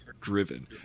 driven